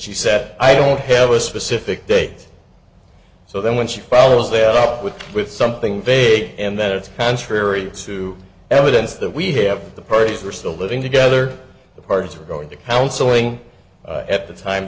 she set i don't have a specific date so then when she follows that up with with something vague and then it's contrary to evidence that we have the parties are still living together the parties are going to counseling at the time